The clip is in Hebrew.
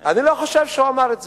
אני לא חושב שהוא אמר את זה,